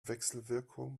wechselwirkung